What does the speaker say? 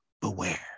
Beware